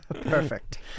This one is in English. Perfect